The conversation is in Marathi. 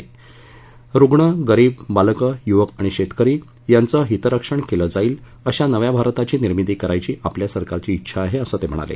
ज्यात रूग्ण गरिब बालकं युवक आणि शेतकरी यांचं हितरक्षण केलं जाईल अशा नव्या भारताची निर्मिती करायची आपल्या सरकारची िडेछा आहे असं ते म्हणाले